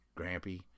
Grampy